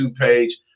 page